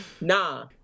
Nah